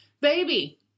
baby